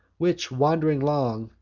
which, wand'ring long,